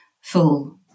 full